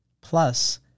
Plus